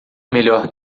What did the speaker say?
melhor